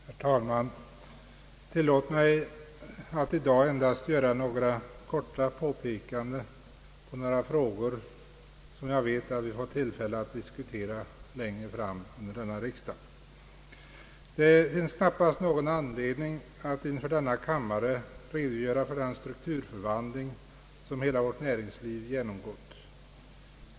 Herr talman! Tillåt mig att i dag endast göra vissa korta påpekanden med anledning av några frågor som jag vet att vi får tillfälle att diskutera längre fram under denna riksdag! Det finns knappast anledning att inför denna kammare redogöra för den strukturförvandling, som hela vårt näringsliv genomgått.